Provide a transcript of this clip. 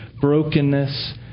brokenness